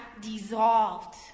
dissolved